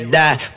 die